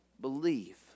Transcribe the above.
Believe